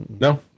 no